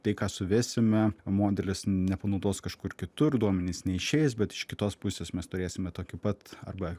tai ką suvesime modelis nepanaudos kažkur kitur duomenys neišeis bet iš kitos pusės mes turėsime tokį pat arba